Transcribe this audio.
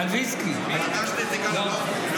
פגשת את יגאל אלון?